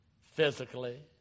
physically